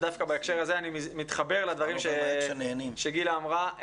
דווקא בהקשר הזה אני מתחבר לדברים שגילה אמרה,